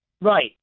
Right